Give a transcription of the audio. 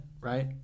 right